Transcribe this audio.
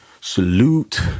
salute